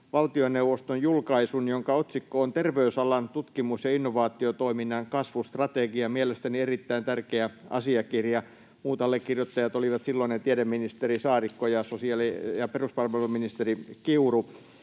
valtioneuvoston julkaisun, jonka otsikko on ”Terveysalan tutkimus- ja innovaatiotoiminnan kasvustrategia” — mielestäni erittäin tärkeä asiakirja. Muut allekirjoittajat olivat silloinen tiedeministeri Saarikko ja peruspalveluministeri Kiuru.